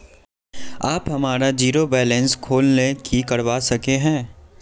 आप हमार zero balance खोल ले की करवा सके है?